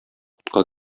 утка